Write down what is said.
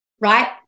Right